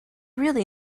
really